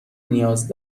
نیاز